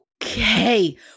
okay